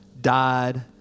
died